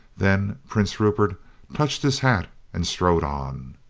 then prince ru pert touched his hat and strode on.